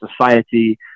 society